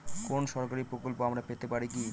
কোন সরকারি প্রকল্প আমরা পেতে পারি কি?